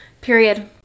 Period